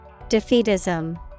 Defeatism